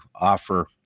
offer